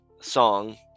song